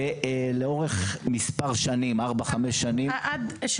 ולאורך מספר שנים, ארבע, חמש שנים, הוא